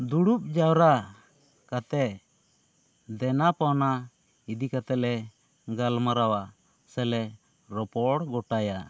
ᱫᱩᱲᱩᱵ ᱡᱟᱣᱨᱟ ᱠᱟᱛᱮᱜ ᱫᱮᱱᱟ ᱯᱟᱣᱱᱟ ᱤᱫᱤ ᱠᱟᱛᱮᱜ ᱞᱮ ᱜᱟᱞᱢᱟᱨᱟᱣᱟ ᱥᱮᱞᱮ ᱨᱚᱯᱚᱲ ᱜᱚᱴᱟᱭᱟ